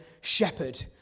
shepherd